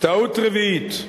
טעות רביעית,